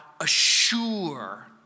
assure